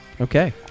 Okay